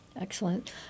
Excellent